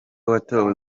watowe